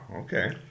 okay